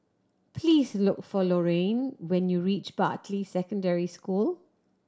please look for Lorayne when you reach Bartley Secondary School